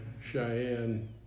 Cheyenne